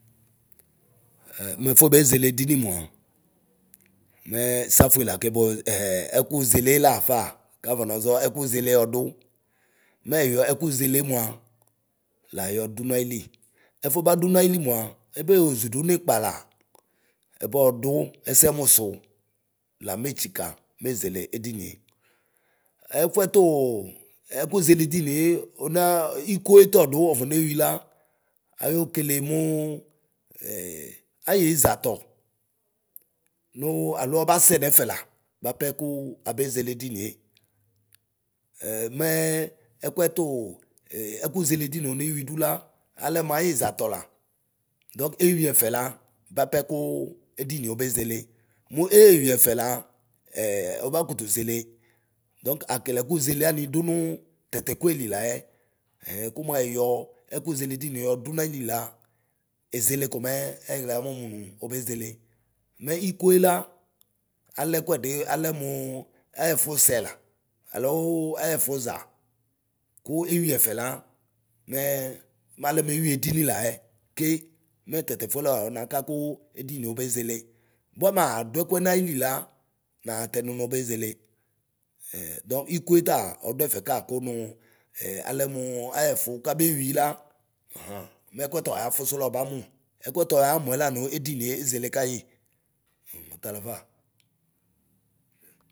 muɛfobe ʒeledini mua nɛɛ safue la kɛbɔ ɛkuʒelee lafa kafɔnɔʒɔ ɛkuʒele ɔdu, mɛyɔ ɛkuʒele mua la yɔdu nayili, ɛfɔbadu nayili nua ebeoʒudu nikpa la, ebɔɔdu ɛsɛmusu, lametsikɣ meʒele edinie.ɛfuɛtuu ɛkuʒilidinie ɔnaɔ ikoetɔdu ofoneyni la, ayokole muu ayiʒatɔ nuu alo ɔbasɛ mɛfɛla bapɛ Ku abeʒeledinie. Ɛ mɛɛ ɛkuɛtuu ee ɛkuʒeledinie oneyuidu la. alɛ muayiʒatɔ la; dɔk eyuiɛfɛ la bapɛ kuu edinie obeʒele. Mu eyuiefe la ɔba kutuʒele; dɔŋk akele ɛkuʒeleani du nuu tatɛ kueli layɛ hɛ kumuɛyɔ ɛkuʒeledinie yɔdu nayili la eʒele komɛɛ ayiɣla momu nu obeʒele. Mɛ ikoele alɛkuɛdi alɛmuu ayifusɛ la aloo ayɛfuʒa ku eyuiɛfɛ la mɛ malɛ mueyuiedini laɛ ke ;mɛ tatɛfuɛ la ɔmaka kuu edinie obeʒele. Bua maaduɛ kuɛ nayili la, naatɛmu nobeʒele. dɔŋk ikoɛtaa ɔduɛfɛ ka kanuu ɛ alɛmu ayɛfu kakeyui la ahaŋ mɛkuɛ tɔyafusu la ɔbamu; ɛkuɛ tsɔyamuɛ la mu edinie eʒele kayi ɣtalafa.